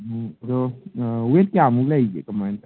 ꯑꯗꯣ ꯋꯦꯠ ꯀꯌꯥꯃꯨꯛ ꯂꯩꯒꯦ ꯀꯃꯥꯏ ꯇꯧꯒꯦ